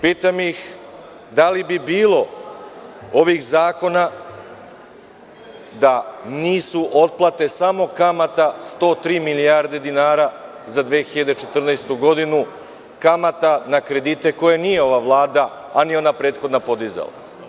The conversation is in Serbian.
Pitam ih da li bi bilo ovih zakona da nisu otplate samo kamata 103 milijarde dinara za 2014. godinu, kamata na kredite koje nije ova Vlada, a ni ona prethodna podizala?